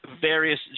Various